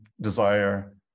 desire